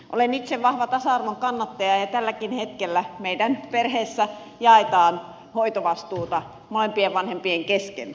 olen itse vahva tasa arvon kannattaja ja tälläkin hetkellä meidän perheessä jaetaan hoitovastuuta molempien vanhempien kesken